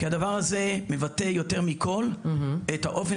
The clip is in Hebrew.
-- כי הדבר הזה מבטא יותר מכל את האופן